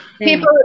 People